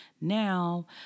now